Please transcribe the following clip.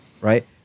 right